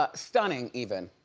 ah stunning, even.